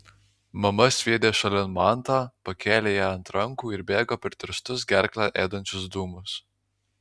mama sviedė šalin mantą pakėlė ją ant rankų ir bėgo per tirštus gerklę ėdančius dūmus